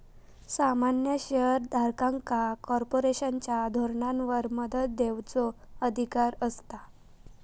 सामान्य शेयर धारकांका कॉर्पोरेशनच्या धोरणांवर मत देवचो अधिकार असता